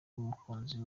n’umukunzi